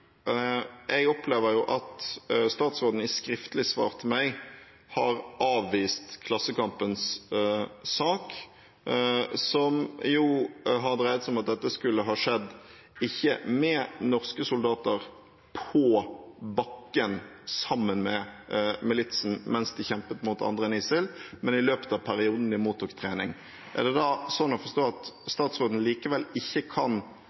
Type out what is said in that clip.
Jeg opplever at statsråden i skriftlig svar til meg har avvist Klassekampens sak, som har dreid seg om at dette skulle ha skjedd ikke med norske soldater på bakken sammen med militsen mens de kjempet mot andre enn ISIL, men i løpet av perioden de mottok trening. Er det da sånn å forstå at statsråden likevel ikke kan